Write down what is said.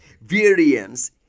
variance